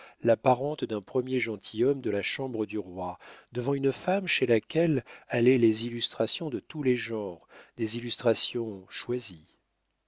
la parente d'un premier gentilhomme de la chambre du roi devant une femme chez laquelle allaient les illustrations de tous les genres des illustrations choisies